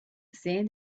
sand